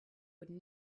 would